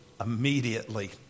immediately